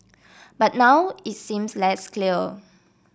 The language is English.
but now it seems less clear